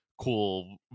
cool